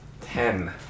Ten